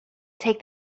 take